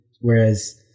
whereas –